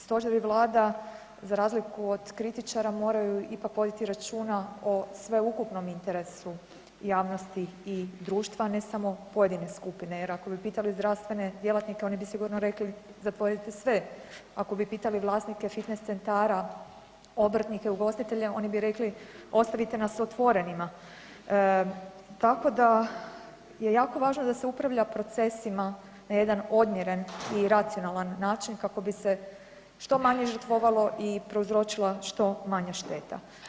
Stožer i Vlada za razliku od kritičara ipak moraju voditi računa o sveukupnom interesu javnosti i društva, ne samo pojedine skupine jer ako bi pitali zdravstvene djelatnike oni bi sigurno rekli zatvorite sve, ako bi pitali vlasnike fitness centara, obrtnike, ugostitelje oni bi rekli ostavite nas otvorenima, tako da je jako važno da se upravlja procesima na jedan odmjeren i racionalan način kako bi se što manje žrtvovalo i prouzročila što manja šteta.